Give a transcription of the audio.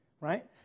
right